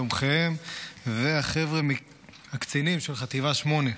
תומכיהם והחבר'ה הקצינים של חטיבה 8,